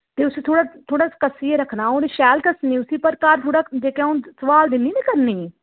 ते उस्सी थोह्ड़ा थोह्ड़ा कस्सियै रक्खना अ'ऊं ते शैल कस्सनी उस्सी पर घर थोह्ड़ा जेह्के अ'ऊं सोआल दिन्नी निं करने गी